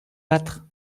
battre